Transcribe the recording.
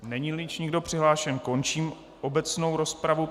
Neníli již nikdo přihlášen, končím obecnou rozpravu.